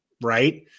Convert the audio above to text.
right